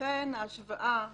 לכן, ההשוואה